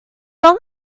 long